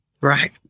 Right